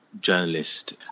journalist